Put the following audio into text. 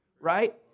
right